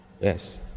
Yes